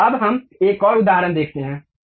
अब हम एक और उदाहरण देखते हैं